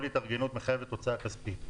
כל התארגנות מחייבת הוצאה כספית.